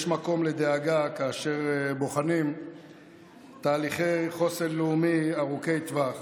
יש מקום לדאגה כאשר בוחנים תהליכי חוסן לאומי ארוכי טווח,